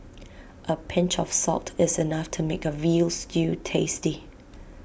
A pinch of salt is enough to make A Veal Stew tasty